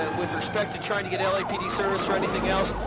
with respect to trying to get lapd service for anything else,